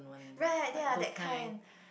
right ya that kind